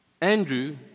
Andrew